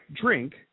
drink